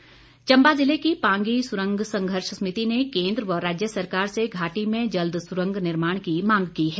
पांगी मांग चंबा जिले की पांगी सुरंग संघर्ष समिति ने केन्द्र व राज्य सरकार से घाटी में जल्द सुरंग निर्माण की मांग की है